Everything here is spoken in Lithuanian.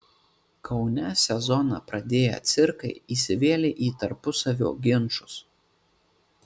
kaune sezoną pradėję cirkai įsivėlė į tarpusavio ginčus